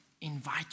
invite